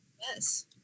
yes